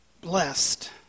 Blessed